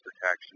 protection